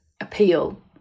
appeal